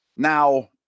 Now